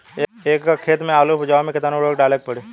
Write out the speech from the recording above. एक एकड़ खेत मे आलू उपजावे मे केतना उर्वरक डाले के पड़ी?